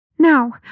Now